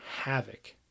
havoc